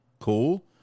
cool